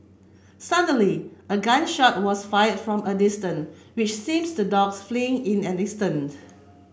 suddenly a gun shot was fired from a distance which seems the dogs fleeing in an instant